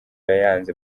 yayanze